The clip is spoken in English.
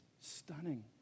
stunning